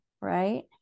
right